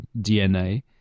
DNA